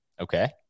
Okay